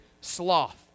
sloth